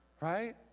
Right